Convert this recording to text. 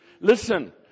Listen